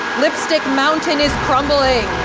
lipstick mountain is crumbling!